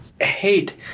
hate